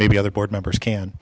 maybe other board members can